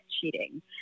cheating